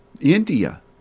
India